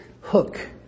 hook